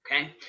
okay